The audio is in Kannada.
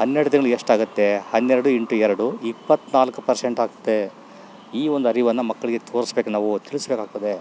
ಹನ್ನೆರಡು ತಿಂಗ್ಳಿಗೆ ಎಷ್ಟಾಗುತ್ತೆ ಹನ್ನೆರಡು ಇಂಟು ಎರಡು ಇಪ್ಪತ್ನಾಲ್ಕು ಪರ್ಸೆಂಟ್ ಆಗತ್ತೆ ಈ ಒಂದು ಅರಿವನ್ನು ಮಕ್ಕಳಿಗೆ ತೋರ್ಸ್ಬೇಕು ನಾವು ತಿಳಿಸ್ಬೇಕಾಗ್ತದೆ